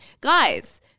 guys